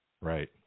Right